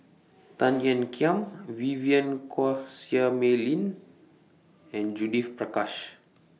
Tan Ean Kiam Vivien Quahe Seah Mei Lin and Judith Prakash